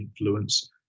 influence